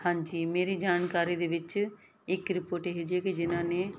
ਹਾਂਜੀ ਮੇਰੀ ਜਾਣਕਾਰੀ ਦੇ ਵਿੱਚ ਇੱਕ ਰਿਪੋਰਟ ਇਹੋ ਜਿਹੀ ਕਿ ਜਿਨਾਂ ਨੇ